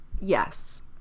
Yes